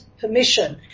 permission